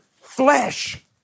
flesh